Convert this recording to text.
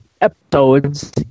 episodes